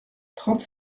trente